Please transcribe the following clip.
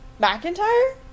McIntyre